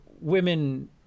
women